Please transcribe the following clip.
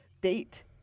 date